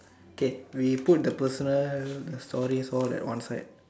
K we put the personal the story for that one side